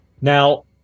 Now